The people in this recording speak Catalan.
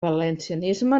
valencianisme